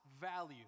value